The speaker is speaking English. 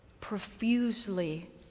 profusely